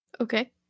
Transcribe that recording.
Okay